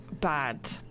bad